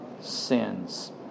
sins